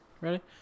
Ready